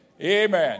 Amen